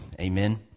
Amen